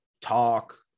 talk